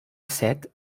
set